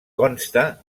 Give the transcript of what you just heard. consta